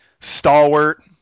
stalwart